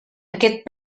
aquest